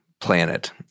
planet